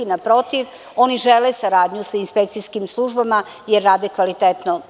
Naprotiv, oni žele saradnju sa inspekcijskim službama jer rade kvalitetno.